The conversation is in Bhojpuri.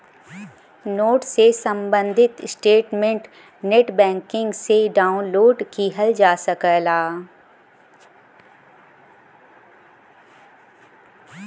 लोन से सम्बंधित स्टेटमेंट नेटबैंकिंग से डाउनलोड किहल जा सकला